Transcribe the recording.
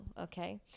Okay